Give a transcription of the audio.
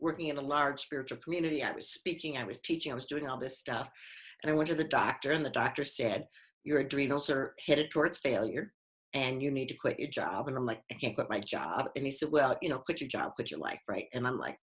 working in a large spirit of community i was speaking i was teaching i was doing all this stuff and i went to the doctor and the doctor said your adrenals are headed towards failure and you need to quit your job and i'm like you got my job and he said well you know quit your job but you're like right and i'm like